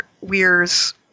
Weir's